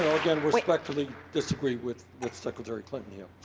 so again, respectfully disagree with secretary clinton here.